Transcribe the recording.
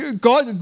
God